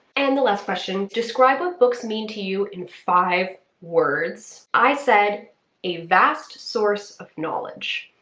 and the last question, describe what books mean to you in five words. i said a vast source of knowledge.